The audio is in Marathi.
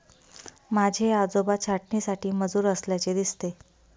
माझे आजोबा छाटणीसाठी मजूर असल्याचे दिसते